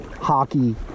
hockey